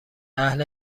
اهل